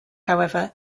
however